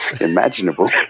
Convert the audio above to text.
imaginable